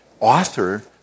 author